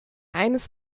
eines